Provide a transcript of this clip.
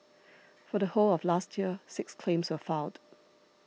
for the whole of last year six claims were filed